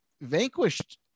vanquished